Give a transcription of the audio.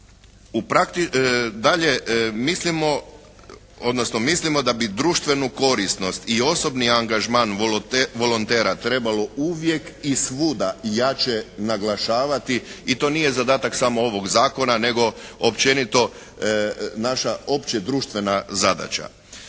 Dalje, mislimo odnosno mislimo da bi društvenu korisnost i osobni angažman volontera trebalo uvijek i svuda jače naglašavati i to nije zadatak samo ovog zakona nego općenito naša opće društvena zadaća.